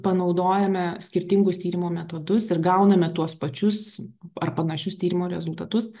panaudojame skirtingus tyrimo metodus ir gauname tuos pačius ar panašius tyrimų rezultatus